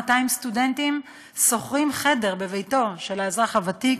200 סטודנטים שוכרים חדר בביתו של אזרח ותיק,